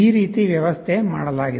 ಈ ರೀತಿ ವ್ಯವಸ್ಥೆ ಮಾಡಲಾಗಿದೆ